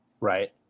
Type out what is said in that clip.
Right